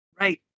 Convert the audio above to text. Right